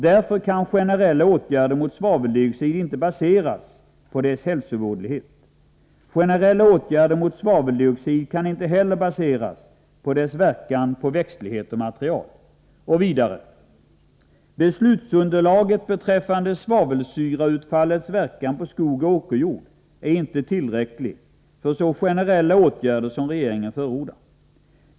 Därför kan generella åtgärder mot svaveldioxid inte baseras på dess hälsovådlighet. Generella åtgärder mot svaveldioxid kan inte heller baseras på dess verkan på växtlighet och material. Moderaterna sade vidare: Beslutsunderlaget beträffande svavelsyrautfallets verkan på skog och åkerjord är inte tillräckligt för så generella åtgärder som regeringen förordar.